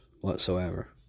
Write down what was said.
whatsoever